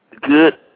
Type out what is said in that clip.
good